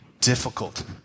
difficult